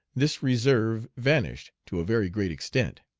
this reserve vanished to a very great extent.